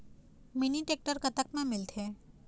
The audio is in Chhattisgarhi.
मिनी टेक्टर कतक म मिलथे?